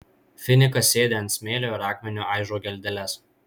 finikas sėdi ant smėlio ir akmeniu aižo geldeles